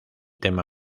tema